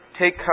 take